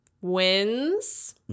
Wins